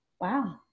Wow